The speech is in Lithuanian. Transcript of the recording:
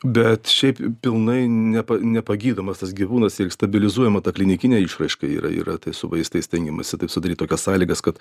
bet šiaip pilnai nepa nepagydomas tas gyvūnas tik stabilizuojama ta klinikinė išraiška yra yra tai su vaistais stengiamasi sudaryt tokias sąlygas kad